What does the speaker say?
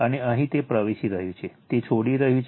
અને અહીં તે પ્રવેશી રહ્યું છે તે છોડી રહ્યું છે